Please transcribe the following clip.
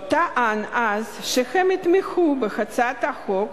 טען אז שהם יתמכו בהצעת החוק